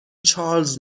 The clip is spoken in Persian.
چارلز